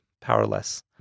powerless